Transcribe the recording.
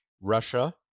Russia